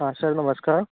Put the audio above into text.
हाँ सर नमस्कार